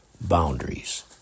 boundaries